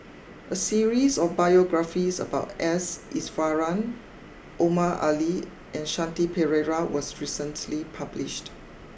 a series of biographies about S Iswaran Omar Ali and Shanti Pereira was recently published